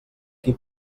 qui